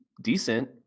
decent